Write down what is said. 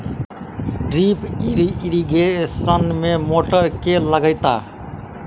Drip irrigation मे motor केँ लागतै?